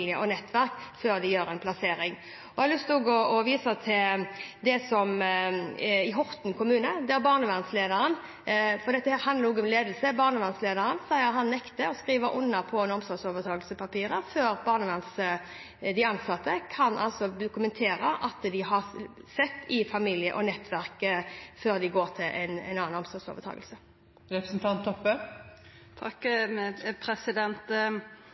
og nettverk før de gjør en plassering. Jeg har lyst til å vise til Horten kommune, der barnevernslederen – for dette handler også om ledelse – sier at han nekter å skrive under på omsorgsovertakelsespapirer før de ansatte kan dokumentere at de har sett i familie og nettverk før de går til en annen omsorgsovertakelse.